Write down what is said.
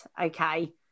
okay